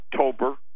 October